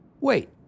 Wait